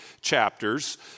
chapters